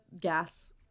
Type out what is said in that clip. gas